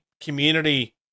community